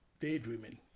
daydreaming